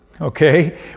okay